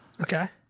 Okay